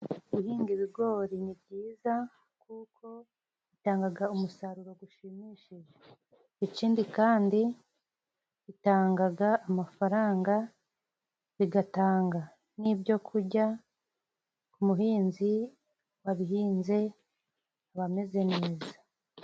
Guhinga ibigori ni byiza kuko bitangaga umusaruro gushimishije. Ikindi kandi bitangaga amafaranga bigatanga n'ibyo kurya umuhinzi wabihinze aba ameze neza.